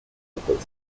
mastered